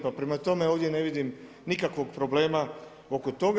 Pa prema tome, ovdje ne vidim nikakvog problema oko toga.